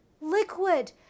liquid